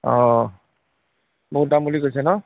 অঁ বহুত দাম বুলি কৈছে ন